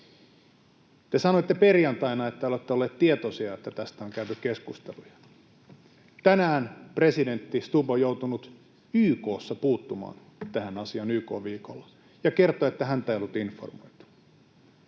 Te sanoitte perjantaina, että te olette olleet tietoisia, että tästä on käyty keskusteluja. Tänään presidentti Stubb on joutunut YK:ssa puuttumaan tähän asiaan YK-viikolla ja kertoi, että häntä ei oltu informoitu.